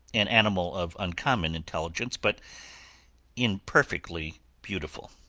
an animal of uncommon intelligence but imperfectly beautiful.